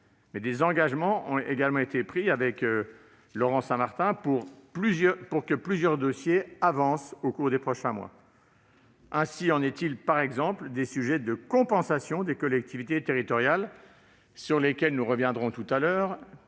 mais des engagements ont été pris avec Laurent Saint-Martin pour que plusieurs dossiers avancent au cours des prochains mois. Ainsi en est-il, par exemple, du sujet de compensations des collectivités territoriales, sur lesquelles nous reviendrons tout à l'heure,